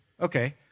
okay